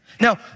Now